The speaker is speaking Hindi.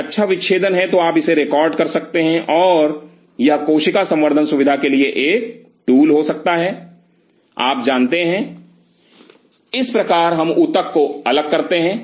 एक अच्छा विच्छेदन है तो आप इसे रिकॉर्ड कर सकते हैं और यह कोशिका संवर्धन सुविधा के लिए एक टूल हो सकता है आप जानते हैं इस प्रकार हम ऊतक को अलग करते हैं